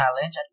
challenge